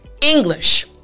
English